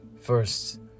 first